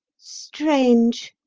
strange,